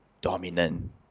dominant